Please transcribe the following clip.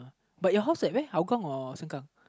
but your house at where Hougang or Sengkang